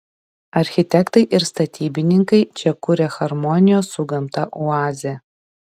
architektai ir statybininkai čia kuria harmonijos su gamta oazę